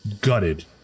gutted